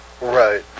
Right